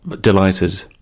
delighted